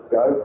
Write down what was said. go